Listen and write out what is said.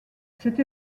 cette